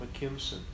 McKimson